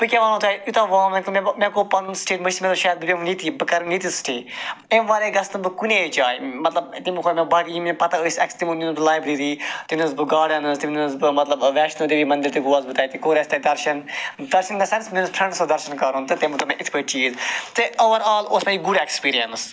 بہٕ کیاہ ونو تۄہہِ یوٗتاہ وام وٮ۪لکم مےٚ گوٚو پَنُن سٹیٹ مٔشیٖد مےٚ دوٚپ شاید بہٕ بیٚہمہٕ ییٚتی بہٕ کَرٕ وۄنۍ ییٚتی سِٹے اَمہِ وَرٲے گَژھِ نہٕ بہٕ کُنے جایہِ مَطلَب تٕمو کوٚر مےٚ بَڑٕ یہِ مےٚ پتہ ٲسۍ تِمو نیوٗس بہٕ لایبرٔری تٔمۍ نیوٗس بہٕ گاڈَنٕز تٔمۍ نیوٗس بہٕ مَطلَب ویشنو دیوی مندِر تہِ گوس بہٕ تتہِ کوٚر اَسہِ تتہِ دَرشَن درشَن اِن دَ سٮ۪نٕس میٛٲنِس فرٛٮ۪نڈَس اوس درشَن کَرُن تہٕ تٔمۍ دوٚپ مےٚ یِتھ پٲٹھۍ چیٖز تہٕ اوٚوَر آل اوس مےٚ یہِ گُڈ ایٚکسپیٖریَنس